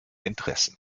interessen